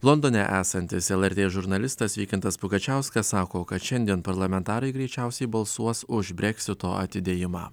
londone esantis lrt žurnalistas vykintas pugačiauskas sako kad šiandien parlamentarai greičiausiai balsuos už breksito atidėjimą